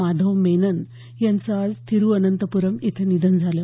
माधव मेनन यांचं आज थिरुअनंतप्रम इथे निधन झालं